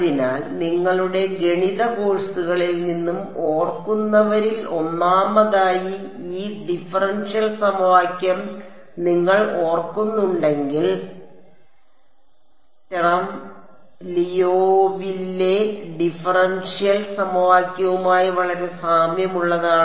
അതിനാൽ നിങ്ങളുടെ ഗണിത കോഴ്സുകളിൽ നിന്ന് ഓർക്കുന്നവരിൽ ഒന്നാമതായി ഈ ഡിഫറൻഷ്യൽ സമവാക്യം നിങ്ങൾ ഓർക്കുന്നുണ്ടെങ്കിൽ സ്റ്റർം ലിയോവില്ലെ ഡിഫറൻഷ്യൽ സമവാക്യവുമായി വളരെ സാമ്യമുള്ളതാണ്